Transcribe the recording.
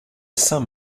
saint